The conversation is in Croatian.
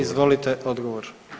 Izvolite odgovor.